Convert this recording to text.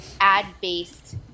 ad-based